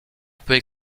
peut